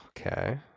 Okay